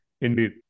Indeed